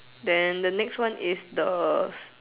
then the next one is the